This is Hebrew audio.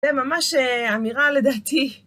זה ממש אמירה לדעתי.